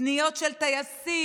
פניות של טייסים,